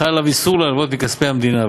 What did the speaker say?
חל עליו איסור להלוות מכספי המדינה.